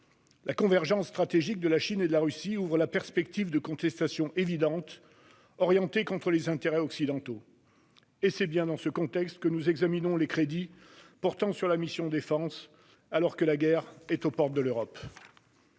La convergence stratégique de la Chine et de la Russie ouvre la perspective de contestations évidentes orientées contre les intérêts occidentaux. Et c'est bien dans ce contexte que nous examinons les crédits portant sur la mission « Défense », alors que la guerre est aux portes de l'Europe.